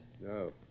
No